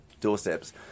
Doorsteps